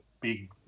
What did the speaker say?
big